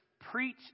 preach